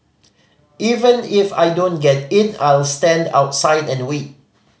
even if I don't get in I'll stand outside and wait